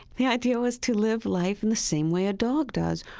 the idea was to live life in the same way a dog does.